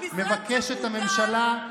הפרופגנדה והביביקטטורה.